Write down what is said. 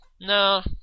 No